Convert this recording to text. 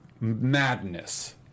madness